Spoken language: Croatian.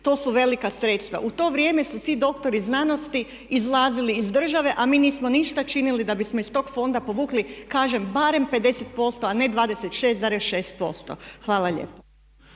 To su velika sredstva. U to vrijeme su ti doktori znanosti izlazili iz države, a mi nismo ništa činili da bismo iz tog fonda povukli kažem barem 50% a ne 26,6%. Hvala lijepa.